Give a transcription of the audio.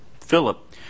Philip